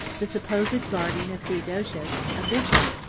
the supposed guardian of theodosius, a bishop,